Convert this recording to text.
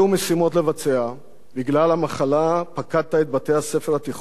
בגלל המחלה פקדת את בתי-הספר התיכוניים ברחבי הארץ,